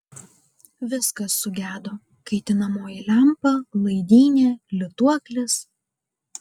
viskas sugedo kaitinamoji lempa laidynė lituoklis